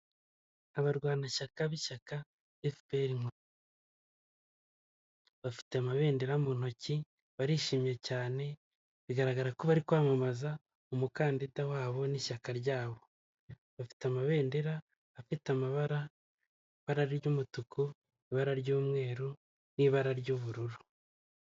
Abarwanashyaka b'ishyaka efuperi bafite amabendera mu ntoki barishimye cyane bigaragara ko bari kwamamaza umukandida wabo n'ishya ryabo, bafite amabendera afite amabara ibara ry'umutuku, ibara ry'umweru n'ibara ry'ubururu.